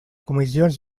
comissions